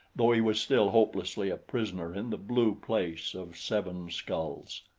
though he was still hopelessly a prisoner in the blue place of seven skulls.